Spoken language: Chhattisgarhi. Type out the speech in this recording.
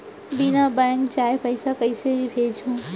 बिना बैंक जाए पइसा कइसे भेजहूँ?